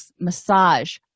massage